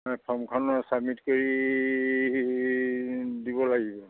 ফৰ্মখন চাবমিট কৰি দিব লাগিব